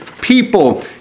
people